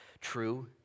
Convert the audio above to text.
true